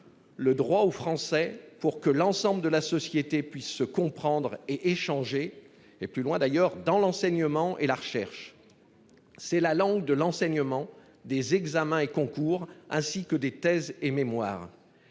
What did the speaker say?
Le droit aux Français pour que l'ensemble de la société puissent se comprendre et échanger. Et plus loin d'ailleurs dans l'enseignement et la recherche. C'est la langue de l'enseignement des examens et concours ainsi que des thèses et mémoires.